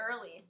early